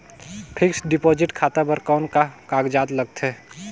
Fixed deposit खाता बर कौन का कागजात लगथे?